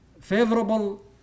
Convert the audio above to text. favorable